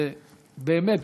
ובאמת,